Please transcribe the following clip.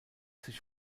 sich